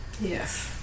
yes